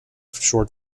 film